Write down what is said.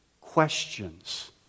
questions